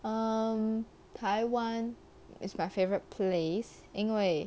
um taiwan is my favourite place 因为